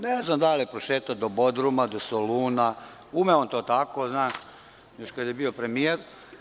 Ne znam da li je prošetao do Bodruma, do Soluna, ume on to tako, još kad je bio premijer.